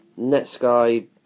Netsky